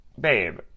Babe